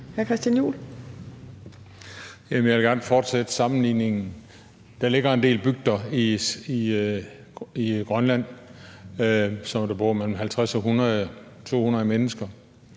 jeg vil gerne fortsætte sammenligningen: Der ligger en del bygder i Grønland, hvor der bor mellem 50 og 200 mennesker.